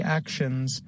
actions